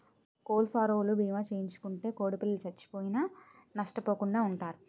కోళ్లఫారవోలు భీమా చేయించుకుంటే కోడిపిల్లలు సచ్చిపోయినా నష్టపోకుండా వుంటారు